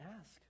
ask